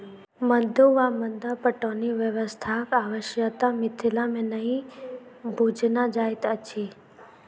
मद्दु वा मद्दा पटौनी व्यवस्थाक आवश्यता मिथिला मे नहि बुझना जाइत अछि